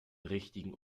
richtigen